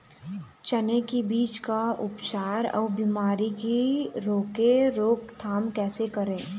चने की बीज का उपचार अउ बीमारी की रोके रोकथाम कैसे करें?